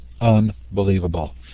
Unbelievable